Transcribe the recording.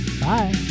Bye